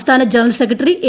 സംസ്ഥാന general secretary A